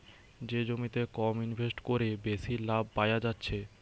যে জমিতে কম ইনভেস্ট কোরে বেশি লাভ পায়া যাচ্ছে